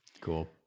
Cool